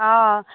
অ